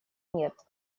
нет